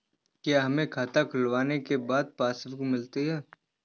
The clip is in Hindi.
क्या हमें खाता खुलवाने के बाद पासबुक मिलती है?